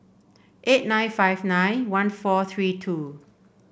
eight nine five nine one four three two